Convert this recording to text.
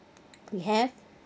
we have